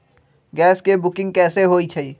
Gas के booking कैसे होईछई?